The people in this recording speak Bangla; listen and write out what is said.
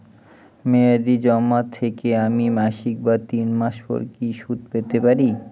মেয়াদী জমা থেকে আমি মাসিক বা তিন মাস পর কি সুদ পেতে পারি?